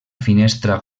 finestra